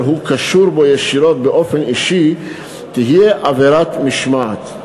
הוא קשור אליו ישירות באופן אישי תהיה עבירת משמעת.